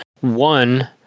one